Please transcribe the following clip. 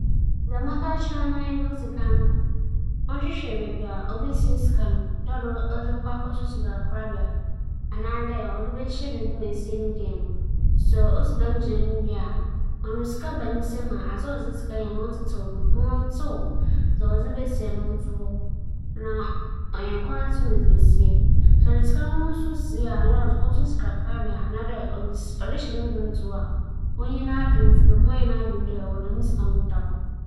Sɛ me nyɛnko bi rohwehwɛ dɛ obesie sika a, afotu a medze bɛma no nye dɛ, odzi kan no ͻwͻ dɛ ohu sika a ͻba ne nsa mu dabiara, ndaawͻtwe biara nna bosoom biara na ohu ndzɛmba a ͻtwe ne sika a ͻba ne nsamu no mu nna sika nkae a ͻka ne nsamu. Na ͻno ekyir no, ͻwͻ dɛ ͻyɛ nhyehyɛɛ ma sika dodow a ͻfata dɛ ͻdze sie a ͻmfa nsa nka. ͻno nye afotu a medze bɛma no.